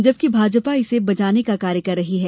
जबकि भाजपा इसे बचाने का कार्य कर रही है